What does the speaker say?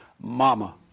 mama